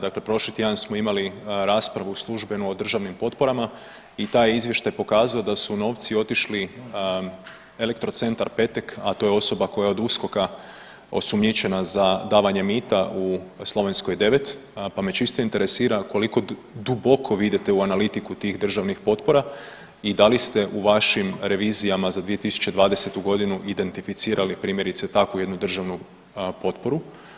Dakle, prošli tjedan smo imali raspravu službenu o državnim potporama i taj je izvještaj pokazao da su novci otišli Elektrocentar Petek, a to je osoba koja je od USKOK-a osumnjičena za davanje mita u Slovenskoj 9, pa me čisto interesira koliko duboko vi idete u analitiku tih državnih potpora i da li ste u vašim revizijama za 2020.g. identificirali primjerice takvu jednu državnu potporu?